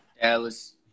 Dallas